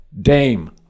Dame